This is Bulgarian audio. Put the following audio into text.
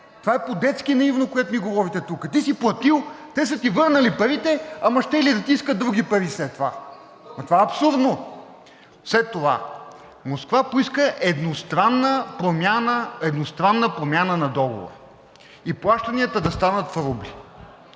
Това е по детски наивно, което ми говорите тука. Ти си платил, те са ти върнали парите, ама щели да ти искат други пари след това?! Това е абсурдно. След това Москва поиска едностранна промяна на договора и плащанията да стават в рубли,